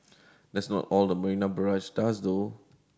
that's not all the Marina Barrage does though